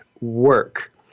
Work